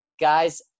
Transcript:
guys